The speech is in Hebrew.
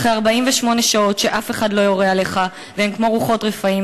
אחרי 48 שעות שאף אחד לא יורה עליך והם כמו רוחות רפאים,